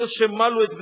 אלה שמלו את בניהם,